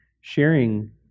sharing